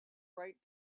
right